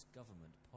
government